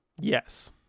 Yes